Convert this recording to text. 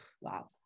wow